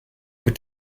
mit